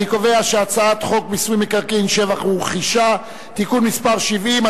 אני קובע שחוק מיסוי מקרקעין (שבח ורכישה) (תיקון מס' 70),